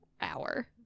hour